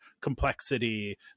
complexity